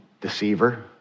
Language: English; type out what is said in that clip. deceiver